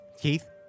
Keith